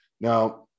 Now